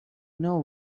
know